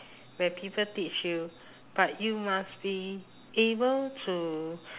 where people teach you but you must be able to